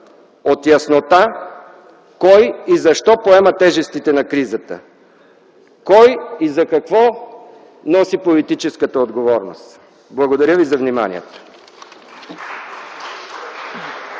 от яснота кой и защо поема тежестите на кризата, кой и за какво носи политическата отговорност. Благодаря ви за вниманието.